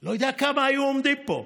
לא יודע כמה היו עומדים פה.